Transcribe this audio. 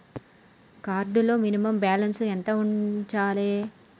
Card లో minimum balance ఎంత ఉంచాలే?